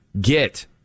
get